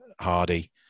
hardy